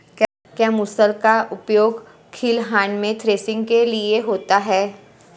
क्या मूसल का उपयोग खलिहान में थ्रेसिंग के लिए होता है?